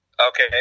Okay